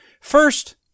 First